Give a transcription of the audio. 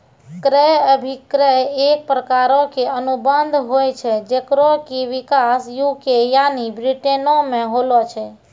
क्रय अभिक्रय एक प्रकारो के अनुबंध होय छै जेकरो कि विकास यू.के यानि ब्रिटेनो मे होलो छै